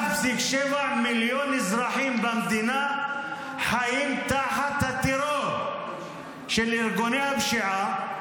1.7 מיליון אזרחים במדינה חיים תחת הטרור של ארגוני הפשיעה,